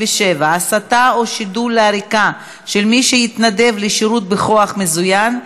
127) (הסתה או שידול לעריקה של מי שהתנדב לשירות בכוח מזוין),